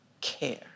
care